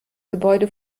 gebäude